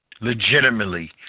legitimately